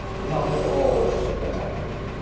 not at all, said the hatter.